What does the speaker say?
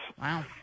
Wow